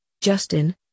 Justin